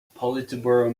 politburo